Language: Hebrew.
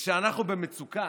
וכשאנחנו במצוקה,